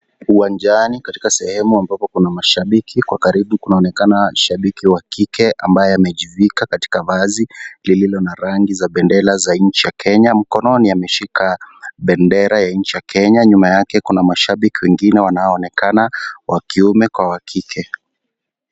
Uwanjani katika sehemu ambapo kuna mashabiki kwa karibu kunaonekana shabiki wa kike ambaye amejivika katika vazi lililo na rangi za bendera za nchi ya Kenya. Mkononi ameshika bendera ya nchi ya Kenya. Nyuma yake kuna mashabiki wengine wanaonekana wa kiume kwa wa kike.